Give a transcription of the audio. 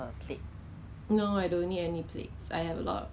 masks are very cheap like before this pandemic happened